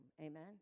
Amen